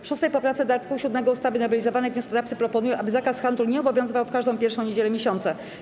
W 6. poprawce do art. 7 ustawy nowelizowanej wnioskodawcy proponują, aby zakaz handlu nie obowiązywał w każdą pierwszą niedzielę miesiąca.